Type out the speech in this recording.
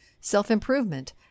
self-improvement